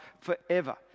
forever